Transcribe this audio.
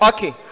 Okay